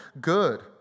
good